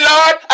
Lord